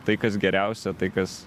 tai kas geriausia tai kas